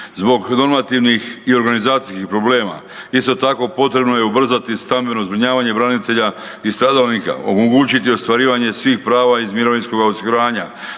zbog normativnih i organizacijskih problema, isto tako potrebno je ubrzati stambeno zbrinjavanje branitelja i stradalnika, omogućiti ostvarivanje svih prava iz mirovinskog osiguranja